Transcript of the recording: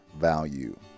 value